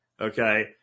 Okay